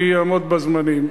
אני אעמוד בזמנים,